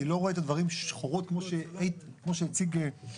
אני לא רואה את הדברים שחורות כמו שהציג איתן,